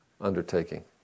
undertaking